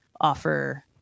offer